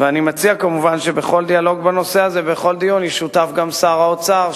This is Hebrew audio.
ומציע כמובן שבכל דיאלוג בנושא הזה ובכל דיון ישותף גם שר האוצר,